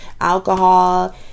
alcohol